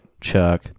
Chuck